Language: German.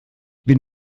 bin